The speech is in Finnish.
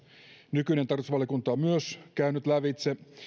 nykyinen tarkastusvaliokunta on myös käynyt lävitse